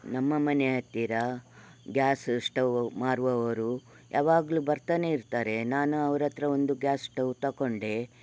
ನಮ್ಮ ಮನೆಯ ಹತ್ತಿರ ಗ್ಯಾಸ್ ಶ್ಟವ್ ಮಾರುವವರು ಯಾವಾಗಲು ಬರ್ತಲೇ ಇರ್ತಾರೆ ನಾನು ಅವರತ್ರ ಒಂದು ಗ್ಯಾಸ್ ಶ್ಟವ್ ತೊಗೊಂಡೆ